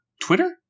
Twitter